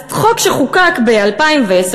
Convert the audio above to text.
אז חוק שחוקק ב-2010,